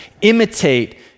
Imitate